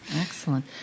Excellent